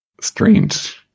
strange